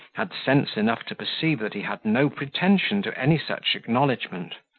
had sense enough to perceive that he had no pretension to any such acknowledgment.